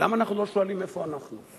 למה אנחנו לא שואלים איפה אנחנו?